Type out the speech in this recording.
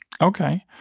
Okay